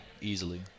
easily